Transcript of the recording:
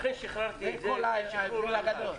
זה כל ההבדל הגדול.